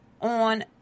on